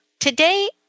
Today